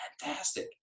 fantastic